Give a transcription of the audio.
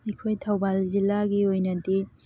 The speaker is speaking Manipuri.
ꯑꯩꯈꯣꯏ ꯊꯧꯕꯥꯜ ꯖꯤꯂꯥꯒꯤ ꯑꯣꯏꯅꯗꯤ ꯑꯣꯜ ꯑꯦꯖ ꯍꯣꯝ ꯂꯩꯖꯗꯦ